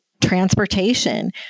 transportation